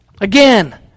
Again